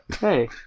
Hey